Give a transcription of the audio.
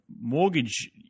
mortgage